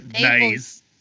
Nice